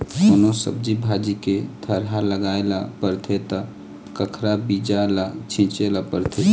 कोनो सब्जी भाजी के थरहा लगाए ल परथे त कखरा बीजा ल छिचे ल परथे